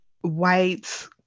white